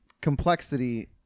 complexity